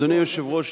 אדוני היושב-ראש,